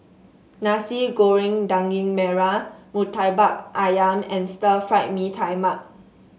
Nasi Goreng Daging Merah murtabak ayam and Stir Fry Mee Tai Mak